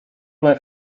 went